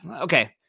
okay